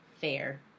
fair